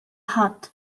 ħadd